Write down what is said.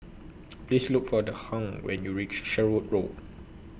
Please Look For The Hung when YOU REACH Sherwood Road